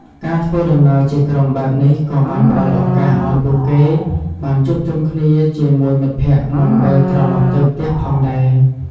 ការធ្វើដំណើរជាក្រុមបែបនេះក៏បានផ្តល់ឱកាសឱ្យពួកគេបានជួបជុំគ្នាជាមួយមិត្តភក្តិមុនពេលត្រឡប់ទៅផ្ទះផងដែរ។